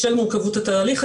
בשל מורכבות התהליך,